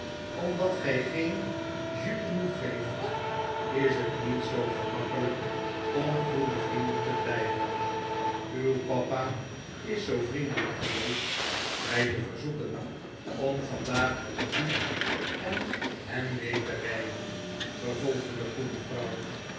omdat gij geen jus genoeg geeft is het niet zoo gemakkelijk om goede vrienden te blijven uw papa is zoo vriendelijk geweest mij te verzoeken om vandaag met u en hem mee te rijden vervolgde de goede vrouw